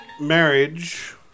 Marriage